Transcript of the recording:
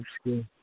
school